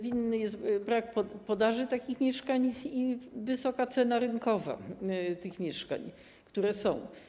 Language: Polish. Winny jest temu brak podaży takich mieszkań i wysoka cena rynkowa tych mieszkań, które są.